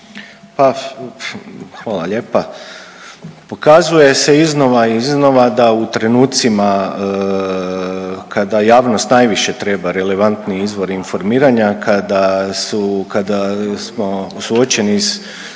Hvala vam lijepa. Pokazuje se iznova i iznova da u trenucima kada javnost najviše treba relevantni izvor informiranja, kada su, kada